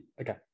Okay